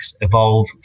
evolve